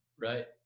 Right